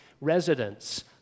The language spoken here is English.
residents